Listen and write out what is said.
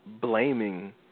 blaming